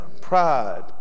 pride